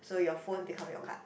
so your phone become your card